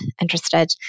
interested